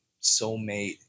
soulmate